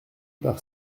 par